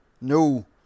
no